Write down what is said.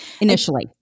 initially